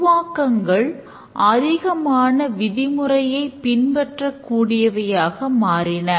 உருவாக்கங்கள் அதிகமாக விதி முறையை பின்பற்றக் கூடியவையாக மாறின